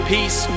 Peace